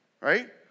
Right